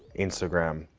instagram.